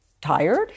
tired